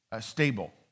stable